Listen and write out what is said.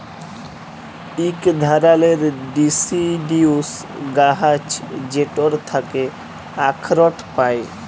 ইক ধারালের ডিসিডিউস গাহাচ যেটর থ্যাকে আখরট পায়